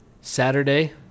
Saturday